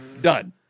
Done